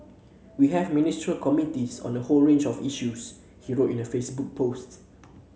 we have Ministerial Committees on a whole range of issues he wrote in a Facebook post